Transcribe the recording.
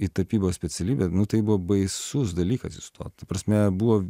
į tapybos specialybę nu tai buvo baisus dalykas įstot ta prasme buvo